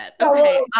okay